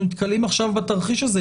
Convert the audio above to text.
אנחנו נתקלים עכשיו בתרחיש הזה.